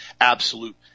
absolute